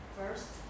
first